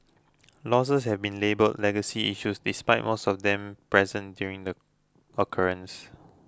losses have been labelled legacy issues despite most of them present during the occurrence